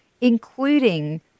including